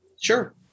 Sure